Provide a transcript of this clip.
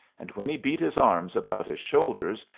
and when he beat his arms about his shoulders,